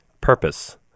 purpose